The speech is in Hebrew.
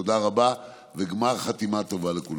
תודה רבה וגמר חתימה טובה לכולם.